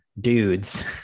dudes